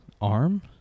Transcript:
arm